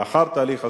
לאחר תהליך השלום.